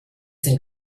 sind